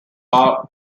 are